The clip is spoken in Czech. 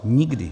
Nikdy.